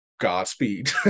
Godspeed